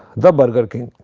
the burger king.